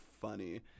funny